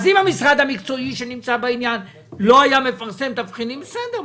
אם המשרד המקצועי לא היה מפרסם תבחינים אז בסדר,